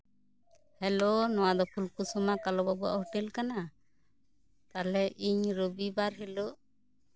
hello ᱱᱚᱣᱟ ᱫᱚ ᱯᱷᱩᱞᱠᱩᱥᱢᱟ ᱠᱟᱞᱚ ᱵᱟᱹᱵᱩᱣᱟᱜ ᱦᱳᱴᱮᱞ ᱠᱟᱱᱟ ᱛᱟᱦᱚᱞᱮ ᱤᱧ ᱨᱚᱵᱤᱵᱟᱨ ᱦᱤᱞᱟᱹᱜ